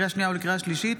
לקריאה שנייה ולקריאה שלישית: